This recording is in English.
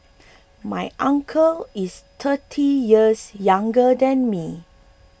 my uncle is thirty years younger than me